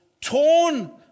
torn